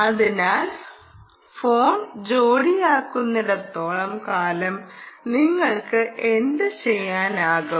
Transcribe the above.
അതിനാൽ ഫോൺ ജോടിയാക്കുന്നിടത്തോളം കാലം നിങ്ങൾക്ക് എന്തുചെയ്യാനാകും